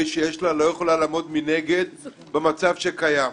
שיש לה לא יכולה לעמוד מנגד במצב שקיים.